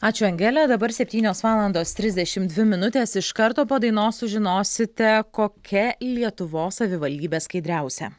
ačiū angele dabar septynios valandos trisdešim dvi minutės iš karto po dainos sužinosite kokia lietuvos savivaldybė skaidriausia